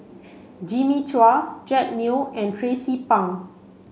Jimmy Chua Jack Neo and Tracie Pang